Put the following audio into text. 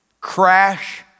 Crash